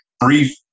Brief